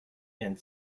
and